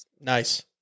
Nice